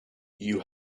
you